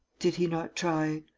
did he not try.